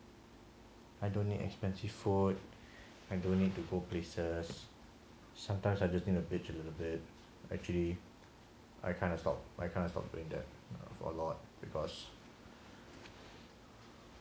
I don't need expensive food I don't need to go places sometimes I just need a bitch a little bit actually I kind of stop I kind of stop doing that a lot because